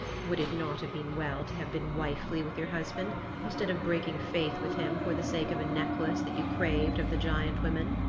would it not have been well to have been wifely with your husband instead of breaking faith with him for the sake of a necklace that you craved of the giant women?